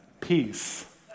Peace